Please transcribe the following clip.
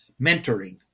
mentoring